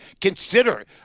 consider